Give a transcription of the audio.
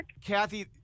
Kathy